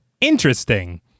Interesting